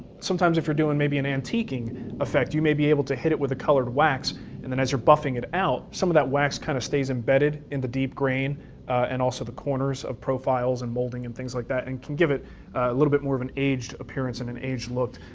sometimes if you're doing maybe an antiquing effect, you may be able to hit it with a colored wax and then as you're buffing it out, some of that wax kinda kind of stays embedded in the deep grain and also the corners of profiles and molding and things like that and can give it a little bit more of an aged appearance and an aged look.